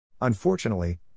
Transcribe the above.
Unfortunately